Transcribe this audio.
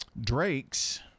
Drake's